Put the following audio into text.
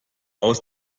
aus